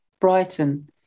Brighton